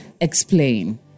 Explain